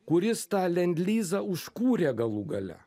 kuris tą lendlizą užkūrė galų gale